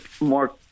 more